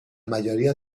mayoría